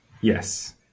yes